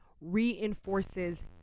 reinforces